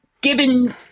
given